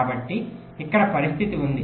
కాబట్టి ఇక్కడ పరిస్థితి ఉంది